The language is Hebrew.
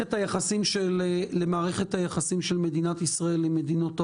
-- למערכת היחסים של מדינת ישראל עם מדינות העולם,